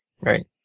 right